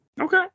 Okay